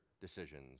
decisions